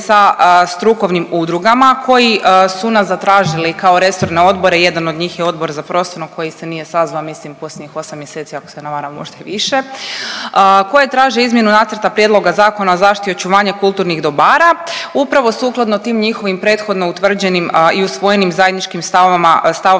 sa strukovnim udrugama koji su nas zatražili kao resorne odbore, jedan od njih je odbor za prostorno koji se nije sazvao mislim posljednjih 8 mjeseci ako se ne varam, možda i više, koje traže izmjenu nacrta prijedloga Zakona o zaštiti i očuvanje kulturnih dobara upravo sukladno tim njihovim prethodno utvrđenim i usvojenim zajedničkim stavovima